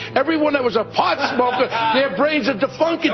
everyone that was a pot smoker, their brains are defuncitated!